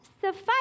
suffice